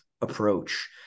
approach